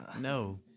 no